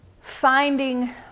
finding